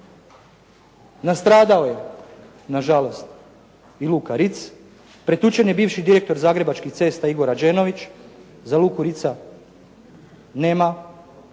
Nastradao je na žalost i Luka Ric, pretučen je bivši direktor Zagrebačkih cesta Igor Rađenović, za Luku Rica nema,